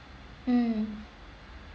mm